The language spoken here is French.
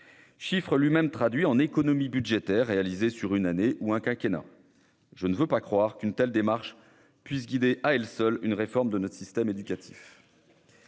nombre lui-même converti en économies budgétaires réalisées sur une année ou un quinquennat. Je ne veux pas croire qu'une telle démarche puisse guider à elle seule une réforme de notre système éducatif